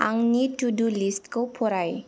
आंनि तु दु लिस्टखौ फराय